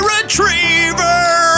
Retriever